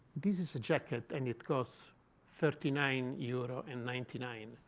this is a jacket, and it costs thirty nine euro and ninety nine.